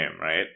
right